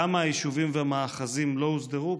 למה היישובים והמאחזים לא הוסדרו?